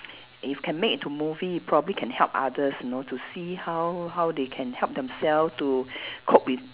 if can make into movie probably can help others you know to see how how they can help themselves to cope with